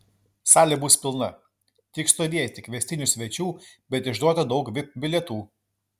salė bus pilna tik stovėti kviestinių svečių bet išduota daug vip bilietų